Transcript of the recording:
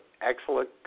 excellent